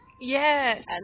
Yes